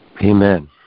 amen